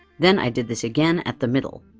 then i did this again at the middle.